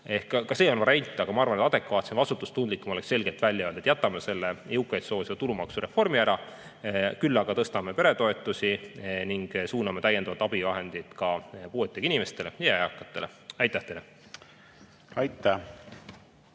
Ka see on variant, aga ma arvan, et adekvaatsem ja vastutustundlikum oleks selgelt välja öelda, et jätame selle jõukaid soosiva tulumaksureformi ära, küll aga tõstame peretoetusi ning suuname täiendavad abivahendid ka puuetega inimestele ja eakatele. Aitäh teile! Aitäh!